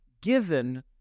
given